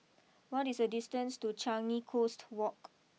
what is the distance to Changi Coast walk